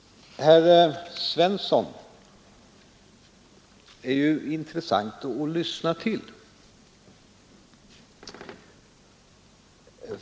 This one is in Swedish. Herr Svensson i Malmö är ju intressant att lyssna till.